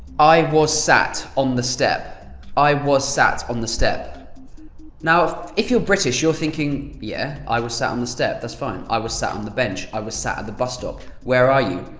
i was sat on the step i was sat on the step' now if if you're british, you're thinking. yeah, i was sat on the step, that's fine. i was sat on the bench. i was sat at the bus stop. where are you.